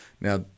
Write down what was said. Now